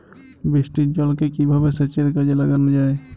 বৃষ্টির জলকে কিভাবে সেচের কাজে লাগানো য়ায়?